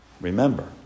Remember